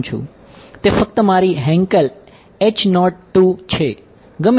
તે ફક્ત મારી હેન્કેલ છે ગમે તે